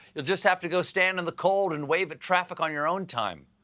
you'll just have to go stand in the cold and wave at traffic on your own time.